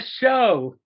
show